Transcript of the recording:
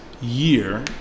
year